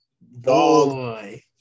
boy